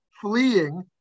fleeing